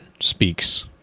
speaks